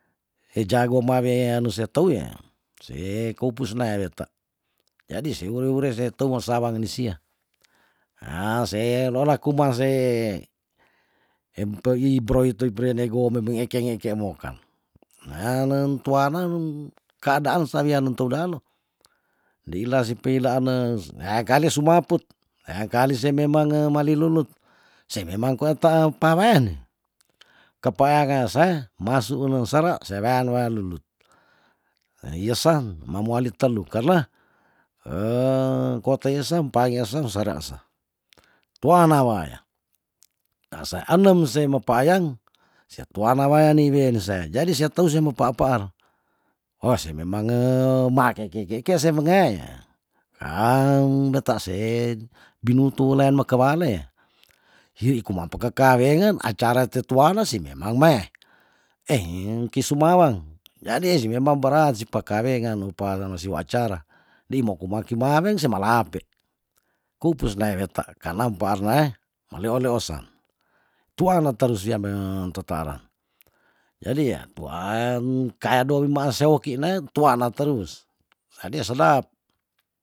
Eh jago maweanu setou ya se koupusnae weta jadi sewure wure se tou weng sawange nesia yah se lolak kumanse mpeyibroiteprenego memeng ekeng eke mokang nanen tuana kaadaan sawian no toudanou ndeila se peilaanes leakali sumaput leakali se memange malilulut se memang kwae tae paweni kepayangasa masu unengsere sewean wealulut ehiyesan mamuali telu karn kote eisem pangesem serese tuana waya kase enem se mepeayang setuana wayani weense jadi se tau semepaarpaar ohse memange makekeikeke semeng weta se bintulen mekewalee hiri kuman pekekawengen acara te tuana se memang me engki sumawang jadi si memang barat si pekawengan opal masiiwa acara dei moku makimaweng semalape kupusnae weta karna mpaarne maleoleosan tuana taru siame tetara jadi yah tuan kaedowi maaseokine tuana terus jadi yah sedap